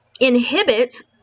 inhibits